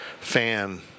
fan